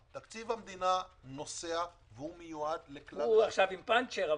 המדינה נוסע, והוא מיועד- -- הוא עכשיו עם פנצ'ר.